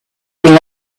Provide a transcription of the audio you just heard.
been